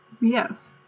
Yes